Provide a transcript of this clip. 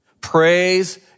Praise